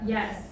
Yes